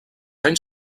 anys